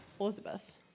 Elizabeth